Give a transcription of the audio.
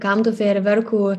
kam tų fejerverkų